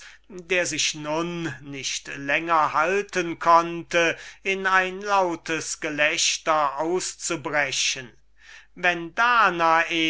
der sich nun nicht länger halten konnte in ein lautes gelächter auszubrechen wenn danae